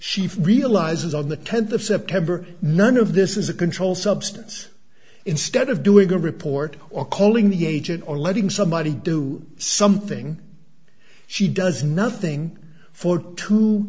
she realizes on the th of september none of this is a controlled substance instead of doing a report or calling the agent or letting somebody do something she does nothing for two